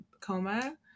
coma